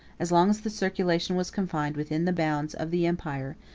as long as the circulation was confined within the bounds of the empire,